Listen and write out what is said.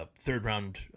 third-round